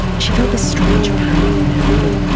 she felt this strange pain in her middle.